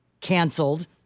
canceled